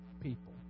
people